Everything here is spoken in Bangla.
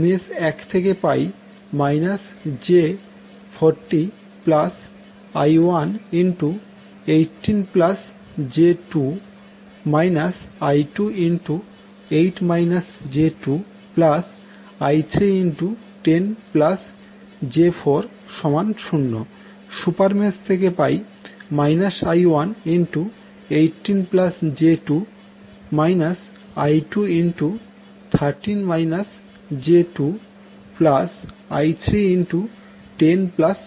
মেশ 1 থেকে পাই j40I118j2 I28 j2I310j40 super mesh থেকে পাই I118j2 I213 j2I310j40